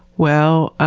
well,